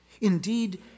Indeed